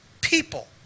people